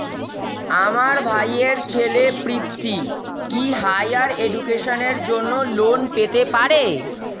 আমার ভাইয়ের ছেলে পৃথ্বী, কি হাইয়ার এডুকেশনের জন্য লোন পেতে পারে?